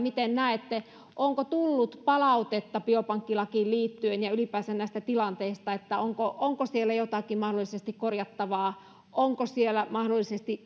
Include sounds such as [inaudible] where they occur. [unintelligible] miten näette onko tullut palautetta biopankkilakiin liittyen ja ylipäänsä näistä tilanteista onko onko siellä mahdollisesti jotakin korjattavaa onko siellä mahdollisesti [unintelligible]